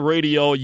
Radio